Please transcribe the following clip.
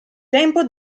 tempo